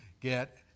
get